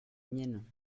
mienne